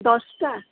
দশটা